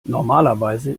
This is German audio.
normalerweise